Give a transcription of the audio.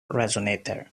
resonator